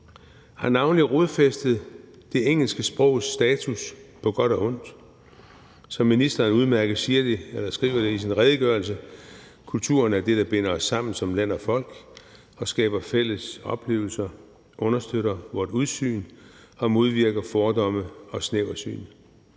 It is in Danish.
har navnlig rodfæstet det engelske sprogs status på godt og ondt. Som ministeren udmærket skriver det i sin redegørelse: Kulturen er det, der binder os sammen som land og folk og skaber fælles oplevelser, understøtter vort udsyn og modvirker fordomme og snæversyn.